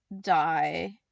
die